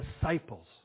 disciples